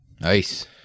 Nice